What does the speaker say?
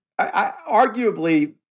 arguably